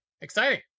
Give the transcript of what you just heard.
Exciting